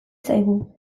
zaigu